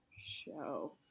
show